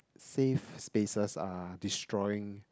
safe spaces are destroying